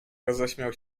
roześmiał